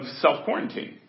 self-quarantine